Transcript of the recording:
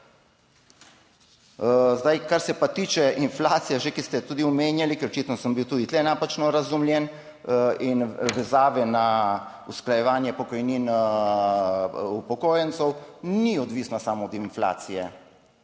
Zdaj, kar se pa tiče inflacije že, ki ste tudi omenjali, ker očitno sem bil tudi tu napačno razumljen in vezave na usklajevanje pokojnin upokojencev. Ni odvisna samo od inflacije